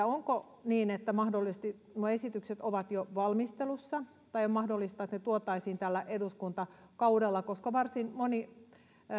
onko niin että mahdollisesti nuo esitykset ovat jo valmistelussa tai onko mahdollista että ne tuotaisiin tällä eduskuntakaudella koska varsin moni